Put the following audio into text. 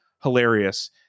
hilarious